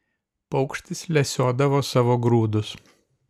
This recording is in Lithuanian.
paukštis lesiodavo savo grūdus